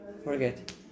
forget